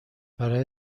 برای